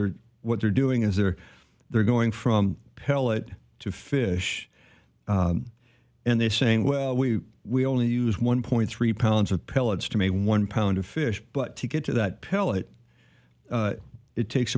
they're what they're doing is they're they're going from pellet to fish and they're saying well we we only use one point three pounds of pellets to mean one pound of fish but to get to that pellet it takes